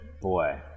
boy